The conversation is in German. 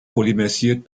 polymerisiert